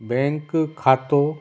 bank खातो